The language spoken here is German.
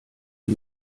wir